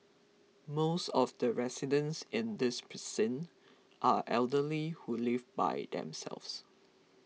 most of the residents in this precinct are elderly who live by themselves